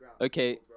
Okay